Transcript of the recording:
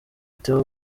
theo